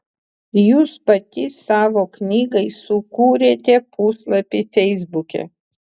jūs pati savo knygai sukūrėte puslapį feisbuke